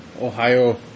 Ohio